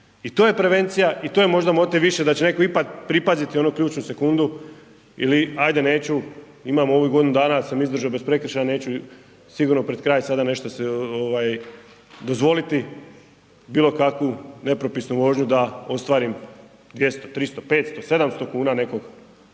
i to je prevencija i to je možda motiv više da će možda netko ipak pripaziti onu ključnu sekundu ili ajde neću, imamo ovih godinu dana sam izdržao bez prekršaja, neću sigurno pred kraj sada nešto dozvoliti, bilo kakvu nepropisnu vožnju da ostvarim 200, 300, 500, 700 kuna nekog, to se